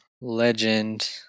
Legend